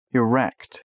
erect